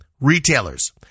retailers